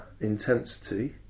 intensity